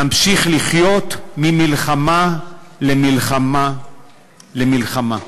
נמשיך לחיות ממלחמה למלחמה למלחמה.